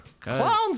Clowns